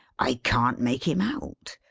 i can't make him out.